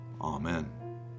Amen